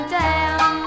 down